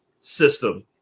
system